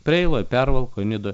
preiloj pervalkoj nidoje